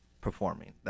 performing